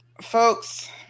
folks